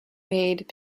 made